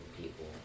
people